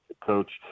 coach